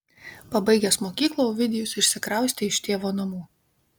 pabaigęs mokyklą ovidijus išsikraustė iš tėvo namų